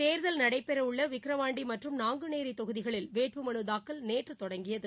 தேர்தல் நடைபெறவுள்ள விக்ரவாண்டி மற்றும் நாங்குநேரி தொகுதிகளில் வேட்புமனு தாக்கல் நேற்று தொடங்கியது